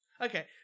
Okay